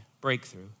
breakthrough